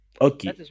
Okay